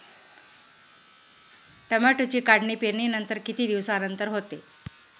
टोमॅटोची काढणी पेरणीनंतर किती दिवसांनंतर होते?